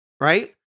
right